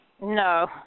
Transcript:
No